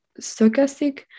stochastic